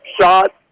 shot